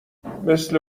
مثل